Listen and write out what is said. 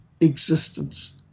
existence